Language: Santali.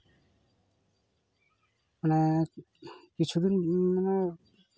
ᱢᱟᱱᱮ ᱠᱤᱪᱷᱩ ᱫᱤᱱ ᱢᱟᱱᱮ